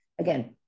Again